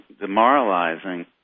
demoralizing